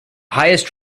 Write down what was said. highest